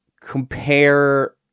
compare